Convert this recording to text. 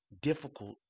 difficult